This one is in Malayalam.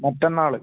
മറ്റന്നാൾ